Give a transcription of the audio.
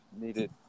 needed